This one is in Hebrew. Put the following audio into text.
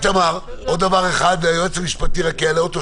איתמר, עוד דבר אחד, היועץ המשפטי יעלה אותו.